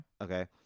okay